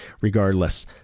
regardless